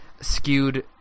skewed